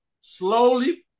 slowly